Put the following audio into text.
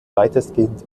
weitestgehend